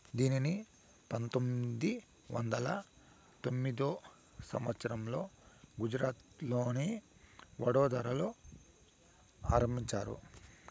దీనిని పంతొమ్మిది వందల ఎనిమిదో సంవచ్చరంలో గుజరాత్లోని వడోదరలో ఆరంభించారు